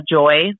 joy